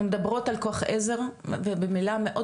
אנחנו מדברות על כוח עזר ובמילה מאוד